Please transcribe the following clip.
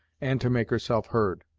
and to make herself heard.